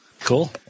cool